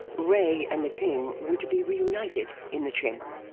re and the king were to be reunited in the chamber.